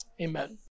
Amen